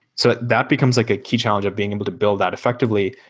so that becomes like a key challenge of being able to build that effectively.